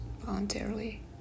Voluntarily